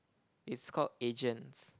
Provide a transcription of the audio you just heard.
it's called agents